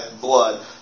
blood